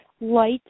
light